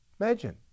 Imagine